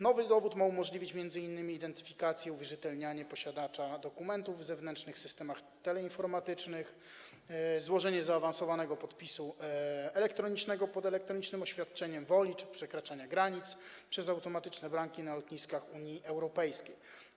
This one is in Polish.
Nowy dowód ma umożliwić m.in. identyfikację, uwierzytelnianie posiadacza dokumentu w zewnętrznych systemach teleinformatycznych, złożenie zaawansowanego podpisu elektronicznego pod elektronicznym oświadczeniem woli czy przekraczanie granic przez automatyczne bramki na lotniskach Unii Europejskiej.